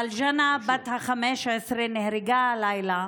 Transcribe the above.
אבל ג'אנה בת ה-15 נהרגה הלילה